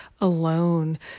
alone